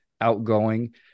outgoing